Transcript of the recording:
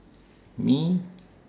me